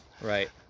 Right